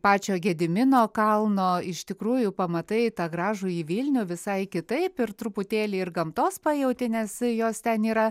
pačio gedimino kalno iš tikrųjų pamatai tą gražųjį vilnių visai kitaip ir truputėlį ir gamtos pajauti nes jos ten yra